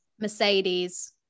Mercedes